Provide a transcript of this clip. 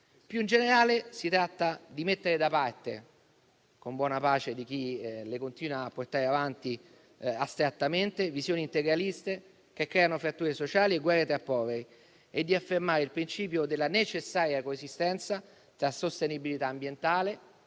Più in generale, si tratta di mettere da parte, con buona pace di chi le continua a portare avanti astrattamente, visioni integraliste che creano fratture sociali e guerre tra poveri, affermando il principio della necessaria coesistenza tra sostenibilità ambientale,